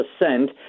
percent